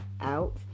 out